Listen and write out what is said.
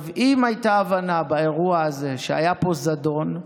אם הייתה הבנה באירוע הזה שהיה פה זדון,